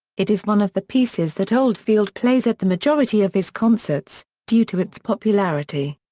it is one of the pieces that oldfield plays at the majority of his concerts, due to its popularity.